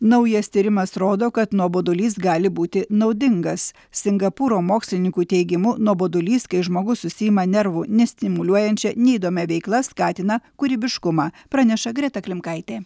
naujas tyrimas rodo kad nuobodulys gali būti naudingas singapūro mokslininkų teigimu nuobodulys kai žmogus užsiima nervų nestimuliuojančia neįdomia veikla skatina kūrybiškumą praneša greta klimkaitė